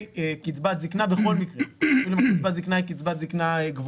קצבת זקנה בכל מקרה אפילו אם קצבת הזקנה היא קצבה גבוהה.